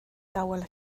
tower